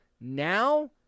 Now